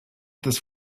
this